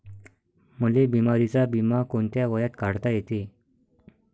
मले बिमारीचा बिमा कोंत्या वयात काढता येते?